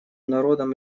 народам